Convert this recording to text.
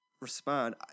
respond